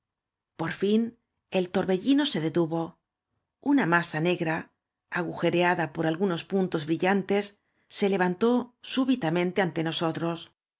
por fin el torbellino se detuvo una masa negra agujereada por algunos puntos brí liantes se levantó súbitamente ante nosotros